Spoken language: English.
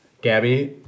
Gabby